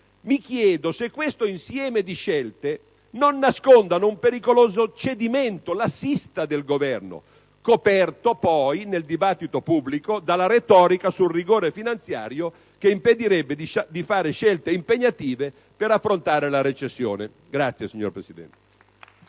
mi chiedo se questo insieme di scelte non nasconda un pericoloso cedimento lassista del Governo, coperto poi nel dibattito pubblico dalla retorica sul rigore finanziario che impedirebbe di fare scelte impegnative per affrontare la recessione. *(Applausi dai